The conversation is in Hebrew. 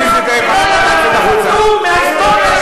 לאיפה תובילו ותוליכו את